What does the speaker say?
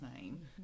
name